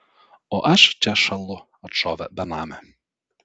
o aš čia šąlu atšovė benamė